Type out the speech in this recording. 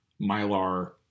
mylar